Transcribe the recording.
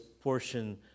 portion